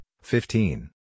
fifteen